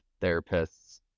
therapists